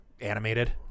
animated